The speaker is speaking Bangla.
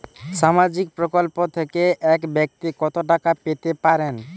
সামাজিক প্রকল্প থেকে এক ব্যাক্তি কত টাকা পেতে পারেন?